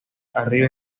arriba